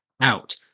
out